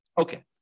Okay